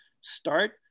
start